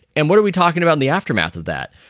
and what are we talking about? the aftermath of that?